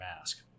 mask